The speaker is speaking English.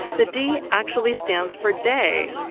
the d actually stands for day.